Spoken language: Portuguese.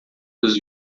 dos